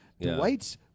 dwight's